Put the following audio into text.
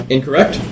Incorrect